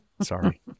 Sorry